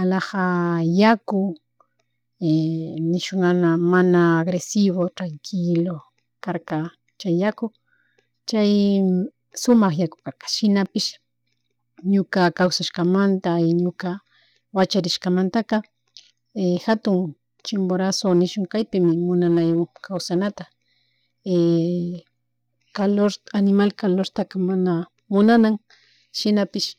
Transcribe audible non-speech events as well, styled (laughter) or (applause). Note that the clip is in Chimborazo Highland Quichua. Alaja yaku (hesitation) nishun mana, mana agresivo, tranquilo karka chay yaku (hesitation) chay sumak yaku karka shinapish ñuka kawshashkamanta y ñuka (noise) wacharishkamantaka (hesitation) jatun Chimborazo nishun kaypimi munanayan kawsanata (noise) (hesitation) calor animal calortaka mana munanan shinaphish (hesitation)